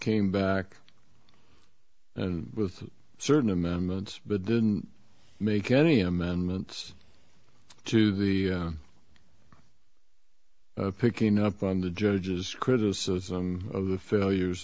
came back with certain amendments but didn't make any amendments to the picking up on the judge's criticism of the failures